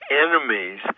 enemies